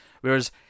Whereas